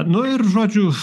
nu ir žodžiu